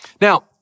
Now